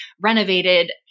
renovated